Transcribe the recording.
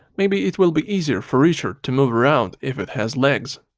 maybe it will be easier for richard to move around if it has legs.